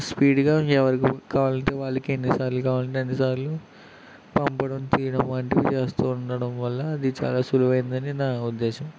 స్పీడ్గా ఎవరికీ కావాలంటే వాళ్ళకి ఎన్ని సార్లు కావాలంటే అన్ని సార్లు పంపడం తీయడం వంటివి చేస్తూ ఉండడం వల్ల అది చాలా సులువైందని నా ఉద్దేశం